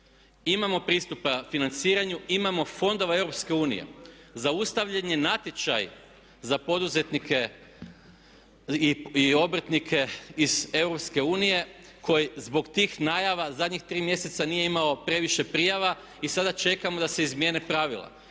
imamo pristupa financiranju, imamo fondova EU, zaustavljen je natječaj za poduzetnike i obrtnike iz EU zbog tih najava zadnjih tri mjeseca nije imao previše prijava i sada čekamo da se izmjene pravila.